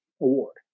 Award